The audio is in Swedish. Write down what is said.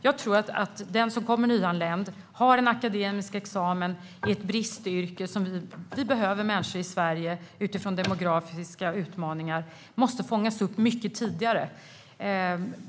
Jag tror att den som är nyanländ och har en akademisk examen i ett yrke som i Sverige är ett bristyrke på grund av demografiska utmaningar måste fångas upp mycket tidigare.